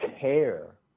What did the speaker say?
care